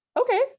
okay